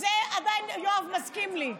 היו"ר עדיין מסכים לי.